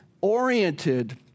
oriented